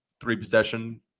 three-possession